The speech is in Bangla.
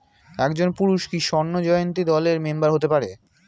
একজন পুরুষ কি স্বর্ণ জয়ন্তী দলের মেম্বার হতে পারে?